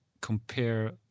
compare